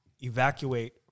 evacuate